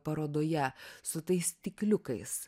parodoje su tais stikliukais